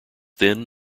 then